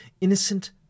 innocent